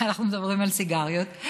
אנחנו מדברים על סיגריות.